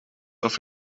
auf